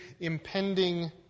impending